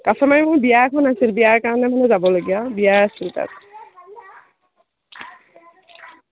কাছমাৰীত মোৰ বিয়া এখন আছিল বিয়াৰ কাৰণে মোৰ যাবলগীয়া বিয়া আছিল তাত